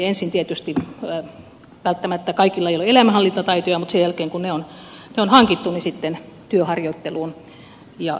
ensin tietysti välttämättä kaikilla ei ole elämänhallintataitoja mutta sen jälkeen kun ne on hankittu sitten työharjoitteluun ja yhteiskuntaan kiinni